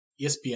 ESPN